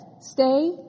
stay